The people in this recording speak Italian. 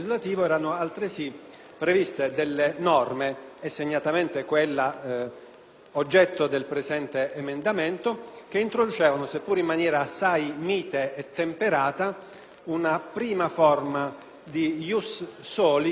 oggetto del presente emendamento, che introducevano, seppur in maniera assai mite e temperata, una prima forma di *ius soli* nella disciplina dell'acquisizione della cittadinanza italiana.